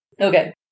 Okay